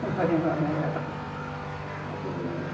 ഞാൻ പറഞ്ഞതു കേട്ടോ ഓഫെയ്യുന്ന എങ്ങനെ